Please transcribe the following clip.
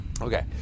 Okay